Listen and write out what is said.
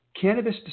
Cannabis